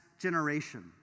generation